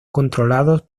controlados